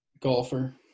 golfer